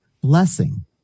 blessing